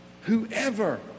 Whoever